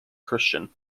christian